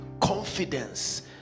confidence